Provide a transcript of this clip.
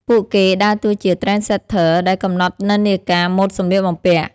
ពួកគេដើរតួជា Trendsetter ដែលកំណត់និន្នាការម៉ូតសម្លៀកបំពាក់។